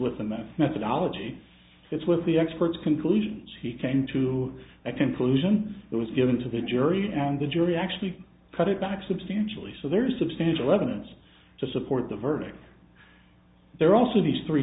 with the math methodology it's with the experts conclusions he came to a conclusion that was given to the jury and the jury actually cut it back substantially so there is substantial evidence to support the verdict there are also these three